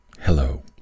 hello